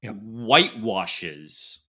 whitewashes